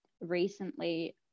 recently